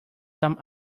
some